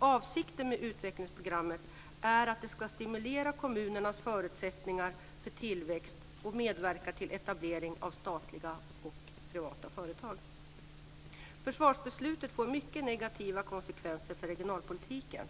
Avsikten med utvecklingsprogrammet är att det ska stimulera kommunernas förutsättningar för tillväxt och medverka till etablering av statliga och privata företag. Försvarsbeslutet får mycket negativa konsekvenser för regionalpolitiken,